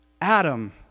Adam